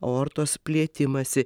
aortos plėtimąsi